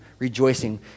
Rejoicing